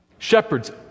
Shepherds